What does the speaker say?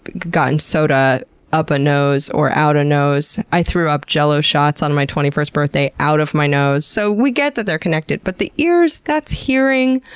but gotten soda up a nose, or out a nose, i threw up jell-o shots on my twenty first birthday out of my nose. so, we get that they're connected, but the ears? that's hearing.